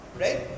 Right